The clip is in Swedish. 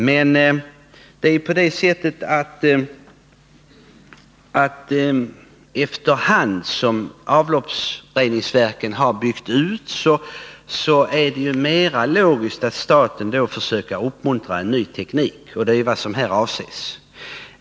Men efter hand som avloppsreningsverken har byggts ut har det blivit mera logiskt att staten försöker uppmuntra en ny teknik, och det är avsikten härvidlag.